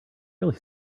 really